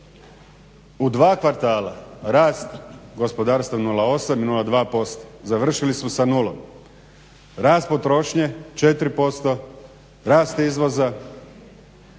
u 2 kvartala rast gospodarstva je 0,8 i 0,2%, završili su sa 0. Rast potrošnje 4%, rast izvoza